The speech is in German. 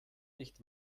nicht